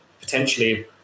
potentially